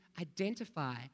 identify